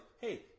Hey